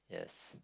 yes